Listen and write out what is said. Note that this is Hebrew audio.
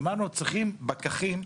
אמרנו שאנחנו צריכים פקחים,